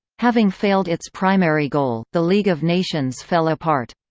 having failed its primary goal, the league of nations fell apart.